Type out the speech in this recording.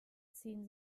ziehen